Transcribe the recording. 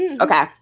okay